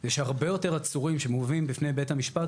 יש הרבה יותר עצורים שמובאים בפני בית המשפט,